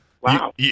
Wow